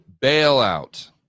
bailout